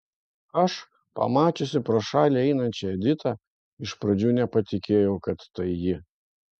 aš pamačiusi pro šalį einančią editą iš pradžių nepatikėjau kad tai ji